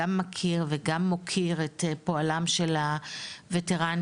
גם מכיר וגם מוקיר את פועלם של הוטרנים,